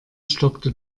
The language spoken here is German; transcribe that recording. stockte